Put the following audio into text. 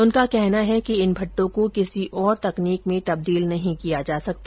उनका कहना है कि इन भट्ठों को किसी ओर तकनीक में तब्दील नहीं किया जा सकता